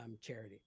charity